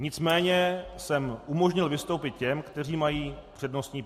Nicméně jsem umožnil vystoupit těm, kteří mají přednostní právo.